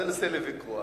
זה נושא לוויכוח.